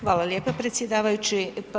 Hvala lijepo predsjedavajući.